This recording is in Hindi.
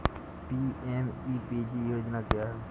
पी.एम.ई.पी.जी योजना क्या है?